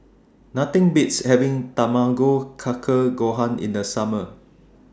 Nothing Beats having Tamago Kake Gohan in The Summer